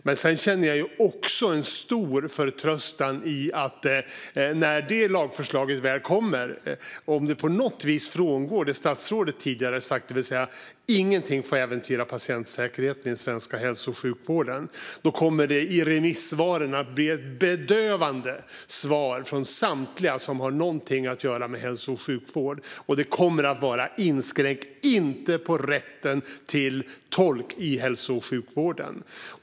Men jag känner också en stor förtröstan i att om lagförslaget, när det väl kommer, på något vis frångår det statsrådet tidigare sagt, det vill säga att ingenting får äventyra patientsäkerheten i den svenska hälso och sjukvården, kommer det att bli ett bedövande besked i remissvaren från samtliga som har någonting att göra med hälso och sjukvård: Inskränk inte rätten till tolk i hälso och sjukvården!